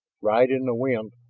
ride in the wind,